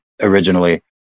originally